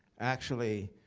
actually,